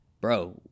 bro